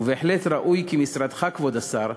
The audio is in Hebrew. ובהחלט ראוי כי משרדך, כבוד השר,